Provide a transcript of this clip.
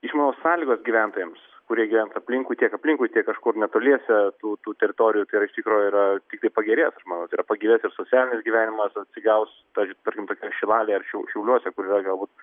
iš manau sąlygos gyventojams kurie gyvens aplinkui tiek aplinkui tiek kažkur netoliese tų tų teritorijų tai yra iš tikro yra tiktai pagerės aš manau tai yra pagyvės ir socialinis gyvenimas atsigaus pavyzdžiui tarkim tokioj šilalėj ar šiau šiauliuose kur yra galbūt